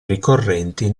ricorrenti